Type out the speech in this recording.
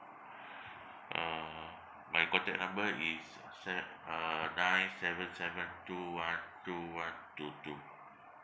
uh my contact number is se~ uh nine seven seven two one two one two two